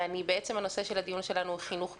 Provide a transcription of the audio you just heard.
בעצם, הנושא של הדיון שלנו הוא חינוך פוליטי.